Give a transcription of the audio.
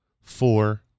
four